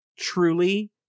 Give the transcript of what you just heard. truly